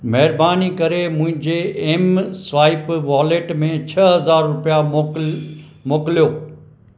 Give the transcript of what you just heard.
महिरबानी करे मुंहिंजे एम स्वाइप वॉलेट में छह हज़ार रुपया मोकिल मोकिलियो